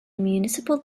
municipal